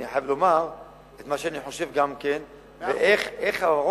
אני חייב לומר גם את מה שאני חושב,